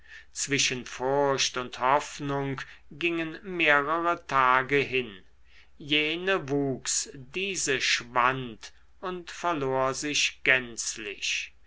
zwischen furcht und hoffnung gingen mehrere tage hin jene wuchs diese schwand und verlor sich gänzlich